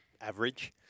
average